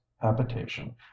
habitation